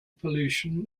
pollution